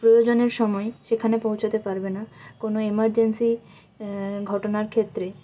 প্রয়োজনের সময় সেখানে পৌঁছতে পারবে না কোনো এমারজেন্সি ঘটনার ক্ষেত্রে